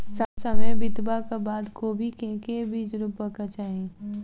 समय बितबाक बाद कोबी केँ के बीज रोपबाक चाहि?